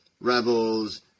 Rebels